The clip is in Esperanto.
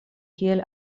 kiel